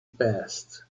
passed